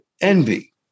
envy